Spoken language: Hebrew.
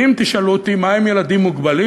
ואם תשאלו אותי מה הם ילדים מוגבלים,